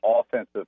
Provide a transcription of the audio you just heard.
offensive